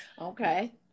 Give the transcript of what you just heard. Okay